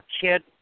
kid